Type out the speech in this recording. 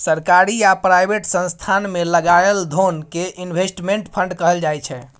सरकारी आ प्राइवेट संस्थान मे लगाएल धोन कें इनवेस्टमेंट फंड कहल जाय छइ